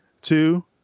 Two